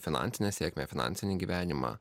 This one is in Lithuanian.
finansinę sėkmę finansinį gyvenimą